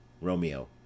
Romeo